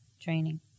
training